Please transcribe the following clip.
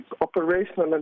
operational